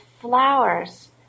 flowers